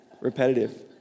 repetitive